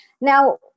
Now